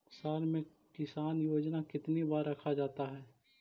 साल में किसान योजना कितनी बार रखा जाता है?